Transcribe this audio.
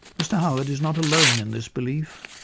mr howard is not alone in this belief.